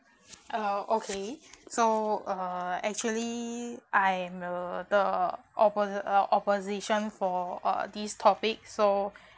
uh okay so uh actually I'm uh the oppo~ uh opposition for uh this topic so